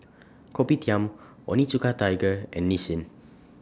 Kopitiam Onitsuka Tiger and Nissin